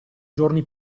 giorni